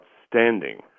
outstanding